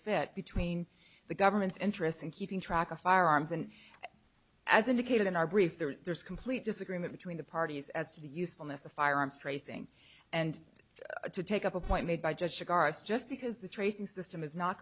fit between the government's interest in keeping track of firearms and as indicated in our brief there's complete disagreement between the parties as to the usefulness of firearms tracing and to take up a point made by judge shikaris just because the tracing system is not